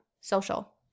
social